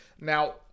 Now